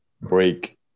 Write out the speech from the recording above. break